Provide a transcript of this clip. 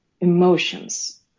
emotions